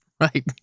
Right